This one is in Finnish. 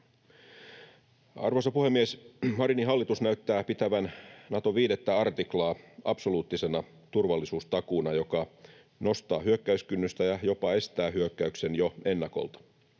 Arvoisa puhemies! Marinin hallitus näyttää pitävän Naton 5 artiklaa absoluuttisena turvallisuustakuuna, joka nostaa hyökkäyskynnystä ja jopa estää hyökkäyksen jo ennakolta.